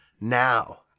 now